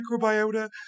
microbiota